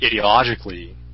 ideologically